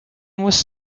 was